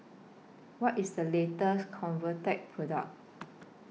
What IS The latest Convatec Product